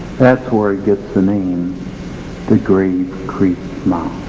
that's where it gets the name the grave creek mound.